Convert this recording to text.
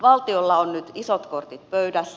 valtiolla on nyt isot kortit pöydässä